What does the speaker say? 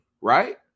Right